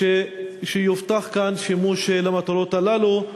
שיובטח כאן שימוש למטרות הללו.